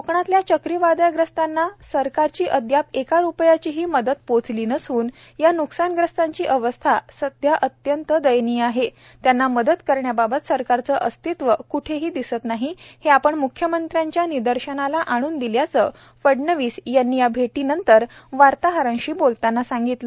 कोकणातल्या चक्रीवादळग्रस्तांना सरकारची अद्याप एक रुपयाचीही मदत पोहोचली नसून या न्कसान ग्रस्तांची अवस्था सध्या अत्यंत दयनीय आहे त्यांना मदत करण्याबाबत सरकारचं अस्तित्व क्ठेही दिसत नाही हे आपण म्ख्यमंत्र्यांच्या निदर्शनाला आणून दिल्याचं फडनवीस यांनी या भेटीनंतर वार्ताहरांशी बोलताना सांगितलं